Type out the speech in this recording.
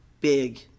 big